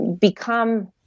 become